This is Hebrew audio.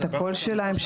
את הקול שלהם,